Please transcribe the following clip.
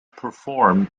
performed